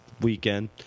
weekend